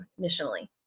missionally